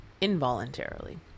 involuntarily